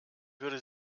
würde